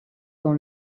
dans